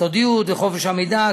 סודיות וחופש המידע,